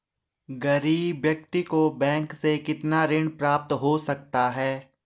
गरीब व्यक्ति को बैंक से कितना ऋण प्राप्त हो सकता है?